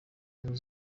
ubumwe